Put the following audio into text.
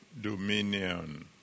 dominion